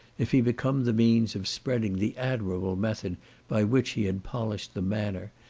if he become the means of spreading the admirable method by which he had polished the manner,